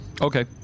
Okay